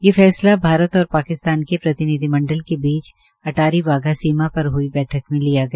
ये फैसला भारत और पाकिस्तान के प्रतिनिधिमंडल के बीच अटारी बाधा सीमा पर हई बैठक में लिया गया